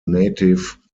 native